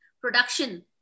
production